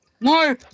No